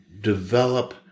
develop